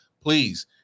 please